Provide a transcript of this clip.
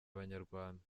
abanyarwanda